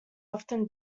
often